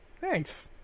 Thanks